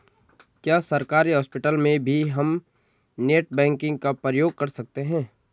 क्या सरकारी हॉस्पिटल में भी हम नेट बैंकिंग का प्रयोग कर सकते हैं?